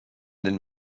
den